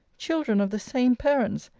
children of the same parents,